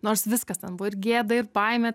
nors viskas ten buvo ir gėda ir baimė